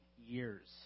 years